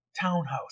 Townhouse